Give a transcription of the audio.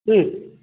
हम्म